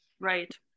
Right